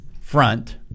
front